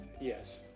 Yes